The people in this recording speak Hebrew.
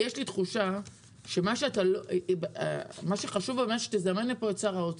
יש לי תחושה שמה חשוב באמת הוא